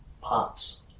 parts